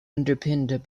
underpinned